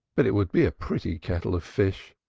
but it would be a pretty kettle of fish.